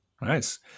Nice